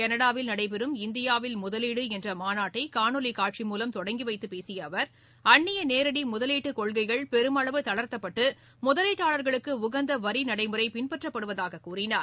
கனடாவில் நடைபெறும் இந்தியாவில் முதலீடு என்ற மாநாட்டை காணொலி காட்சி மூவம் தொடங்கி வைத்து பேசிய அவர் அன்னிய நேரடி முதலீட்டு கொள்கைகள் பெருமளவு தளர்த்தப்பட்டு முதலீட்டாளர்களுக்கு உகந்த வரிநடைமுறை பின்பற்றப்படுவதாக கூறினார்